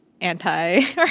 anti